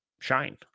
shine